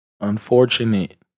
unfortunate